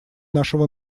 нашего